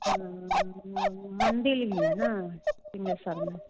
वह मंदिर भी है नै सिंघेश्वर में